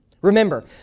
Remember